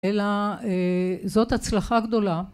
‫אלא זאת הצלחה גדולה.